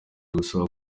gusaba